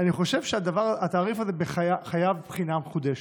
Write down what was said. אני חושב שהתעריף הזה חייב בחינה מחודשת.